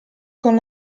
con